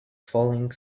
falling